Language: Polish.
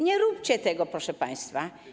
Nie róbcie tego, proszę państwa.